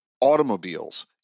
automobiles